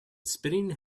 spinning